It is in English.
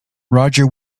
roger